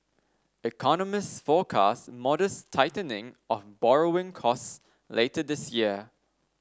economists forecast modest tightening of borrowing costs later this year